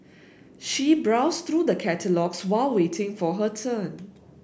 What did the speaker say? she browsed through the catalogues while waiting for her turn